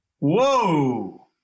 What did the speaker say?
Whoa